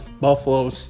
Buffalo